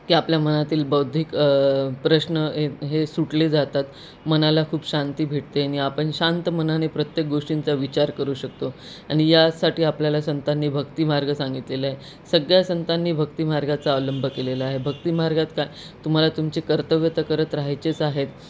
की आपल्या मनातील बौद्धिक प्रश्न हे सुटले जातात मनाला खूप शांती भेटते नी आपण शांत मनाने प्रत्येक गोष्टींचा विचार करू शकतो आणि यासाठी आपल्याला संतांनी भक्तीमार्ग सांगितलेला आहे सगळ्या संतांनी भक्तिमार्गाचा अवलंब केलेला आहे भक्तिमार्गात काय तुम्हाला तुमचे कर्तव्य तर करत राहायचेच आहेत